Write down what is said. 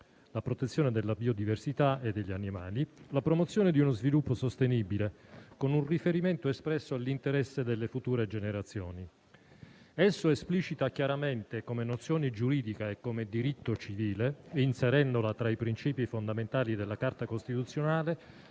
la protezione della biodiversità e degli animali, la promozione di uno sviluppo sostenibile con un riferimento espresso all'interesse delle future generazioni. Esso esplicita chiaramente come nozione giuridica e come diritto civile, inserendola tra i principi fondamentali della Carta costituzionale,